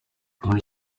muri